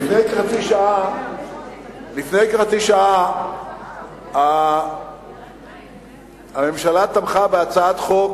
לפני כחצי שעה הממשלה תמכה בהצעת חוק